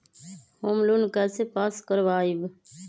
Home loan कैसे pass कर बाबई?